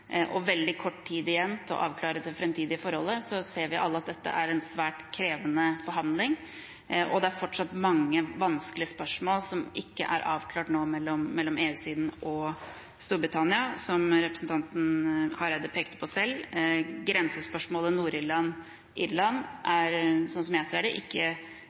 og veldig kort tid igjen til å avklare det framtidige forholdet. Så ser vi alle at dette er en svært krevende forhandling, og det er fortsatt mange vanskelige spørsmål som ikke er avklart mellom EU-siden og Storbritannia, som representanten Hareide pekte på selv. Grensespørsmålet Nord-Irland–Irland er, sånn jeg ser det, ikke